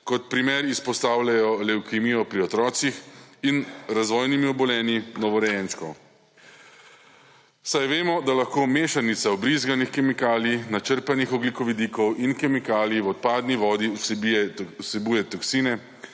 Kot primer izpostavljajo levkemijo pri otrocih in razvojnimi obolenji novorojenčkov, saj vemo, da lahko mešanica vbrizganih kemikalij, načrpanih ogljikovodikov in kemikalij v odpadni vodi vsebuje toksine,